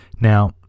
Now